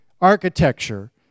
architecture